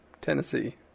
Tennessee